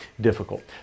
difficult